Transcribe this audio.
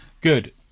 Good